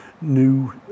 new